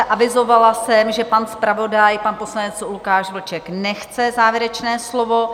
Avizovala jsem, že pan zpravodaj, pan poslanec Lukáš Vlček, nechce závěrečné slovo.